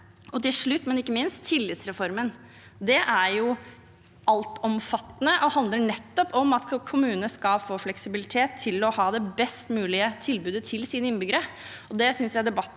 Til slutt, men ikke minst, tillitsreformen: Den er altomfattende og handler nettopp om at kommunene skal få fleksibilitet til å ha det best mulige tilbudet til sine innbyggere.